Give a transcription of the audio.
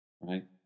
right